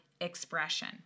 Expression